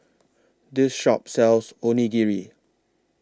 This Shop sells Onigiri